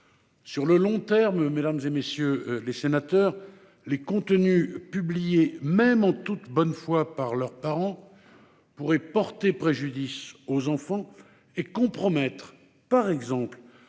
Sur le long terme, mesdames, messieurs les sénateurs, les contenus publiés- même en toute bonne foi -par leurs parents pourraient porter préjudice aux enfants et compromettre, par exemple,